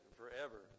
forever